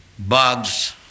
bugs